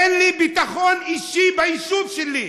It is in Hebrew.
אין לי ביטחון אישי ביישוב שלי,